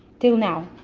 till now,